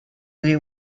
the